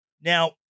Now